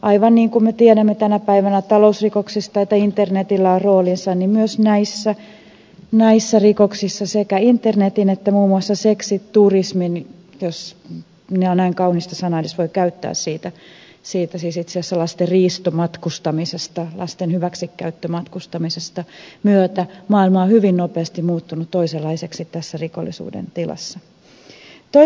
aivan niin kuin me tiedämme tänä päivänä talousrikoksista että internetillä on roolinsa niin myös näissä rikoksissa sekä internetin että muun muassa seksiturismin jos näin kauniista sanaa edes voi käyttää siitä siis itse asiassa lasten riistomatkustamisesta lasten hyväksikäyttömatkustamisesta myötä maailma on hyvin nopeasti muuttunut toisenlaiseksi tässä rikollisuuden tilassa